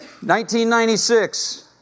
1996